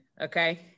Okay